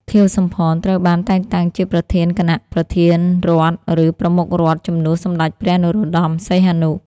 ខៀវ សំផន ត្រូវបានតែងតាំងជាប្រធានគណៈប្រធានរដ្ឋ ឬ ប្រមុខរដ្ឋ ជំនួសសម្ដេចព្រះ នរោត្តម សីហនុ។